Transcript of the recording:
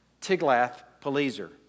Tiglath-Pileser